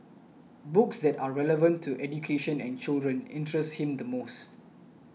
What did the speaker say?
books that are relevant to education and children interest him the most